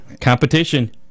Competition